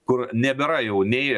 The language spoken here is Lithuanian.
kur nebėra jau nei